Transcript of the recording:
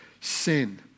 Sin